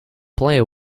player